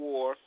War